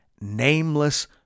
nameless